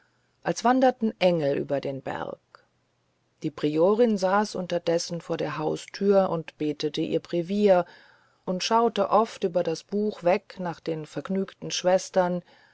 als wanderten engel über den berg die priorin saß unterdes vor der haustür und betete ihr brevier und schaute oft über das buch weg nach den vergnügten schwestern